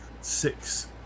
six